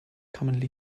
commonly